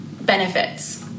benefits